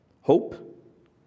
hope